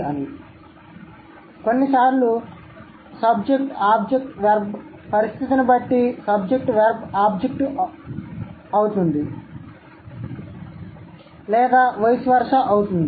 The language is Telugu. కాబట్టి కొన్నిసార్లు "SOV" పరిస్థితిని బట్టి "SVO" అవుతుంది లేదా వైస్ వెర్సా అవుతుంది